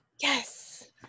Yes